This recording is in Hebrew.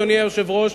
אדוני היושב-ראש,